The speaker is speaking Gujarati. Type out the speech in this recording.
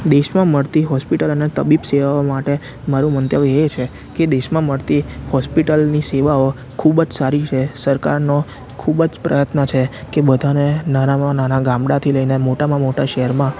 દેશમાં મળતી હોસ્પિટલ અને તબીબ સેવાઓ માટે મારું મંતવ્ય એ છે કે દેશમાં મળતી હોસ્પિટલની સેવાઓ ખૂબજ સારી છે સરકારનો ખૂબજ પ્રયત્ન છે કે બધાને નાનામાં નાનાં ગામડાથી લઈને મોટામાં મોટા શહેરમાં